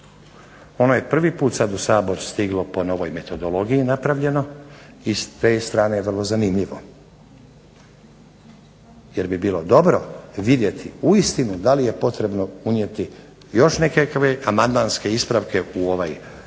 Ono je prvi puta sada u Sabor stiglo po novoj metodologiji napravljeno i s te je strane vrlo zanimljivo jer bi bilo dobro vidjeti uistinu da li je potrebno unijeti još nekakve amandmanske ispravke u ovaj zakon